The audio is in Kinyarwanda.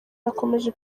bakomeje